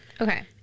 Okay